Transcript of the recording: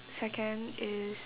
second is